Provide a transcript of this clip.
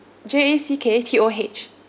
J A C K T O H